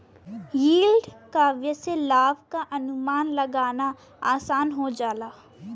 yield curve से लाभ क अनुमान लगाना आसान हो जाला